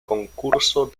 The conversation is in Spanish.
concurso